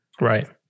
right